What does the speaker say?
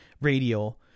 radio